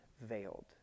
veiled